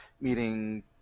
meeting